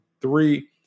three